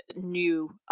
new